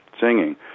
singing